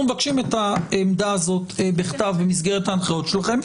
אנחנו מבקשים את העמדה הזאת בכתב במסגרת ההנחיות שלכם.